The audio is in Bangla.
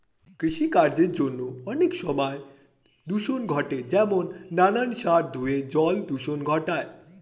কৃষিকার্যের জন্য অনেক সময় দূষণ ঘটে যেমন নানান সার ধুয়ে জল দূষণ ঘটায়